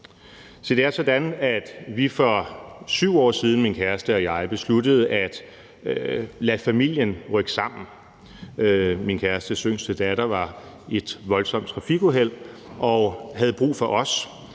Det er sådan, at vi, min kæreste og jeg, for 7 år siden besluttede at lade familien rykke sammen. Min kærestes yngste datter var i et voldsomt trafikuheld og havde brug for os,